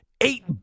eight